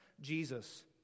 Jesus